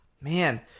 man